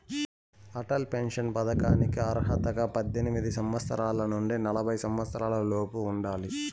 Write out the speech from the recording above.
Atal pension పథకానికి అర్హతగా పద్దెనిమిది సంవత్సరాల నుండి నలభై సంవత్సరాలలోపు ఉండాలి